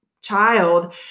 child